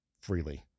freely